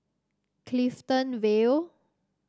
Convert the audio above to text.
Clifton Vale